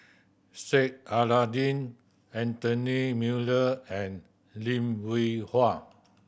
Sheik Alau'ddin Anthony Miller and Lim Hwee Hua